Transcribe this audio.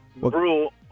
rule